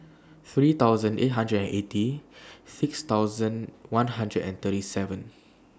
three thousand eight hundred and eighty six thousand one hundred and thirty seven